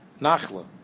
Nachla